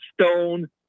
stone